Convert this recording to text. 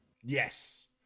Yes